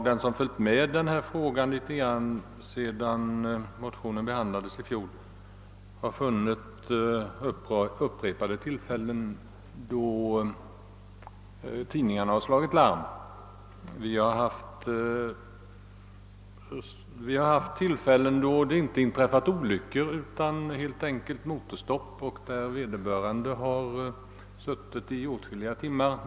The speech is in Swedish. Den som följt med något i denna fråga sedan motionen i fjol behandlades har kunnat konstatera att tidningarna vid upprepade tillfällen har slagit larm beträffande de förhållanden som råder. Det har förekommit att personer, inte vid olyckor utan helt enkelt vid motorstopp har fått sitta kvar i bilen i åtskilliga timmar.